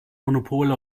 monopol